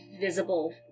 visible